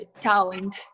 talent